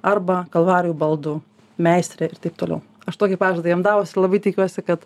arba kalvarijų baldų meistrė ir taip toliau aš tokį pažadą jam davusi labai tikiuosi kad